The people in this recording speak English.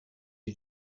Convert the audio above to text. you